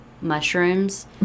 mushrooms